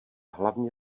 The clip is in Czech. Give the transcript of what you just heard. hlavně